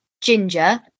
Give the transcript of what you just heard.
Ginger